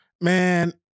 Man